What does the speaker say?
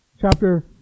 chapter